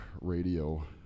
radio